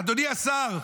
אדוני השר,